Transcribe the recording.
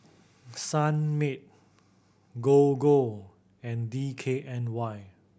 Sunmaid Gogo and D K N Y